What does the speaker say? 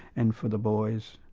and for the boys,